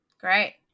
Great